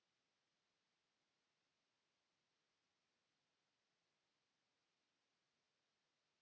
Kiitos,